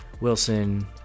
Wilson